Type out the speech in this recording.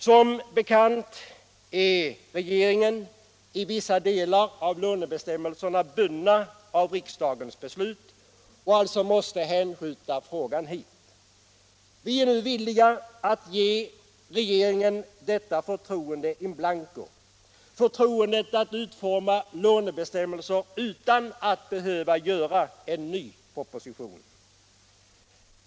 Som bekant är regeringen i vissa delar av lånebestämmelserna bunden av riksdagens beslut och måste alltså hänskjuta frågan hit. Vi är nu villiga att ge regeringen detta förtroende in blanco — förtroendet att utforma lånebestämmelser utan att behöva framlägga en ny proposition.